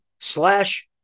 slash